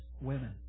women